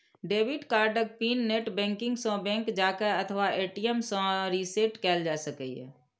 debit कार्डक PIN net banking सं, bank जाके अथवा ए.टी.एम सं रीसेट कैल जा सकैए